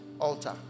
altar